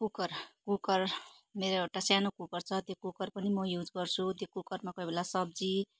cooker cooker मेरो एउटा सानो कुकर छ त्यो कुकर पनि म युज गर्छु त्यो कुकरमा कोही बेला सब्जी